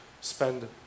spend